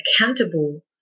accountable